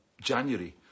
January